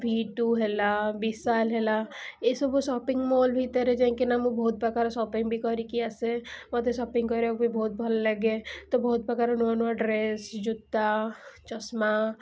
V2 ହେଲା ବିଶାଲ୍ ହେଲା ଏଇସବୁ ସପିଙ୍ଗ୍ ମଲ୍ ଭିତରେ ଯାଇକିନା ମୁଁ ବହୁତପ୍ରକାର ସପିଙ୍ଗ୍ ବି କରିକି ଆସେ ମୋତେ ସପିଙ୍ଗ୍ କରିବାକୁ ବହୁତ ଭଲ ଲାଗେ ତ ବହୁତପ୍ରକାର ନୂଆ ନୂଆ ଡ୍ରେସ୍ ଜୋତା ଚଷମା